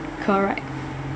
correct